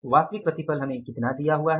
वास्तविक प्रतिफल हमें कितना दिया हुआ है